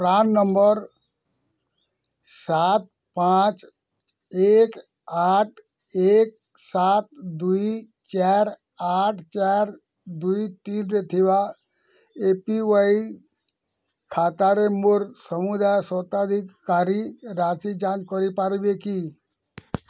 PRAN number ସାତ ପାଞ୍ଚ ଏକ ଆଠ ଏକ ସାତ ଦୁଇ ଚାର ଆଠ ଚାରି ଦୁଇ ତିନି ଥିବା ଏ ପି ୱାଇ ଖାତାରେ ମୋର ସମୁଦାୟ ସ୍ୱତ୍ୱାଧିକାର ରାଶି ଯାଞ୍ଚ କରିପାରିବେ କି